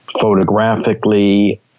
photographically